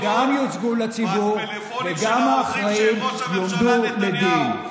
הן גם יוצגו לציבור וגם האחראים יועמדו לדין.